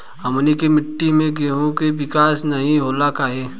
हमनी के मिट्टी में गेहूँ के विकास नहीं होला काहे?